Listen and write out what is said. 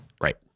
Right